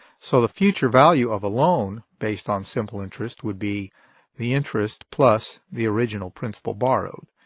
so the future value of a loan based on simple interest would be the interest plus the original principal borrowed.